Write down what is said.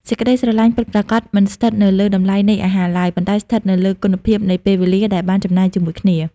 សេចក្ដីស្រឡាញ់ពិតប្រាកដមិនស្ថិតនៅលើតម្លៃនៃអាហារឡើយ ប៉ុន្តែស្ថិតនៅលើគុណភាពនៃពេលវេលដែលបានចំណាយជាមួយគ្នា។